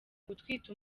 gutwita